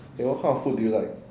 hey what kind of food do you like